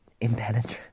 impenetrable